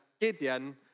Gideon